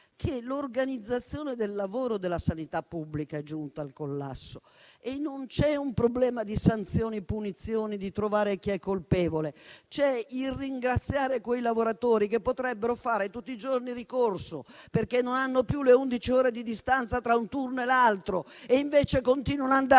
dell'organizzazione del lavoro nella sanità pubblica, che è giunta al collasso. Non c'è un problema di sanzioni e di punizioni o di trovare un colpevole. C'è il ringraziare quei lavoratori, che potrebbero fare ricorso tutti i giorni, perché non hanno più le undici ore di distanza tra un turno e l'altro. E invece continuano ad andare